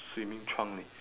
swimming trunk eh